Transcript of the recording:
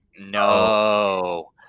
no